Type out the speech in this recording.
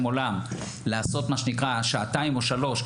שם עולם לעשות מה שנקרא שעתיים או שלוש,